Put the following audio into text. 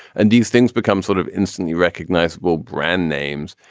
and these things become sort of instantly recognizable brand names.